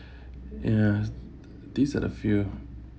ya these are the few